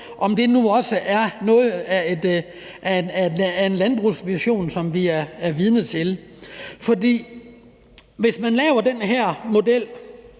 det nu også er en del af en landbrugsvision, som vi er vidne til. For hvis man laver den her model